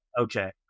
Okay